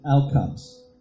outcomes